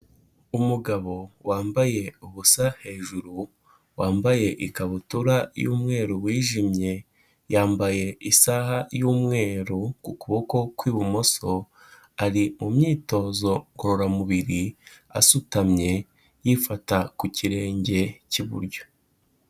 Umugabo wambaye ubusa hejuru, wambaye ikabutura y'umweru wijimye, yambaye isaha yu'umweru ku kuboko kwi'ibumoso ari mu myitozo ngororamubiri asutamye yifata ku kirenge k'iburyo.